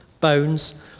bones